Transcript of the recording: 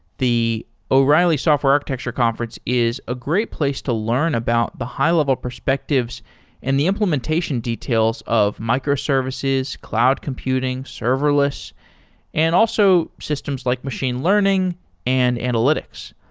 the o'reilly software architecture conference is a great place to learn about the high-level perspectives and the implementation details of microservices, cloud computing, serverless and also systems like machine learning and analytics.